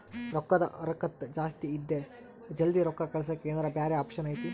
ರೊಕ್ಕದ ಹರಕತ್ತ ಜಾಸ್ತಿ ಇದೆ ಜಲ್ದಿ ರೊಕ್ಕ ಕಳಸಕ್ಕೆ ಏನಾರ ಬ್ಯಾರೆ ಆಪ್ಷನ್ ಐತಿ?